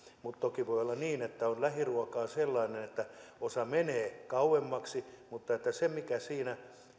mutta toki voi olla niin että on lähiruokaa sellainen että osa menee kauemmaksi mutta se mikä siinä